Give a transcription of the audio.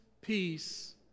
peace